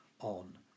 on